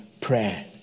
prayer